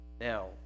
Now